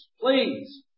please